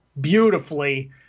beautifully